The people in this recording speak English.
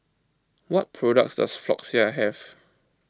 what products does Floxia have